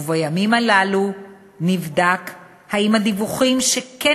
ובימים הללו נבדק אם הדיווחים שכן